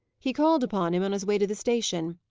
he called upon him on his way to the station.